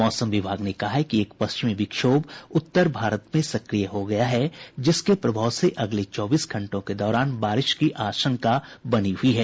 मौसम विभाग ने कहा है कि एक पश्चिमी विक्षोभ उत्तर भारत में सक्रिय हो गया है जिसके प्रभाव से अगले चौबीस घंटों के दौरान बारिश की आशंका बनी हुई है